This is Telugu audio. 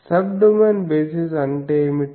సబ్డొమైన్ బేసిస్ అంటే ఏమిటి